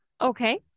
Okay